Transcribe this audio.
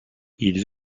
ils